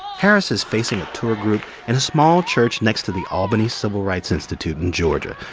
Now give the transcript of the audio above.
harris is facing a tour group at a small church next to the albany civil rights institute in georgia,